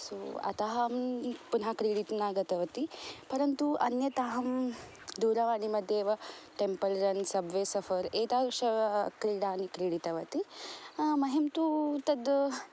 सो अतः पुनः अहं क्रिडितुम् न गतवती परन्तु अन्यत् अहं दूरवाणि मध्ये एव टेम्पल् रन् सब्वे सफर् एतादृश क्रीडानि क्रीडितवती मह्यं तु तत्